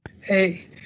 Hey